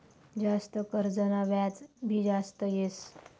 जास्त कर्जना व्याज भी जास्त येस